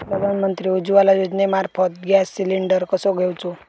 प्रधानमंत्री उज्वला योजनेमार्फत gas cylinder कसो घेऊचो?